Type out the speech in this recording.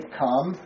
come